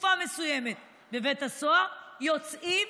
תקופה מסוימת בבית הסוהר ויוצאים.